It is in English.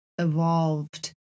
evolved